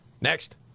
Next